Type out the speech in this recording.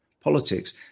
politics